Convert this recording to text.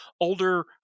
older